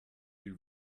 you